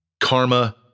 karma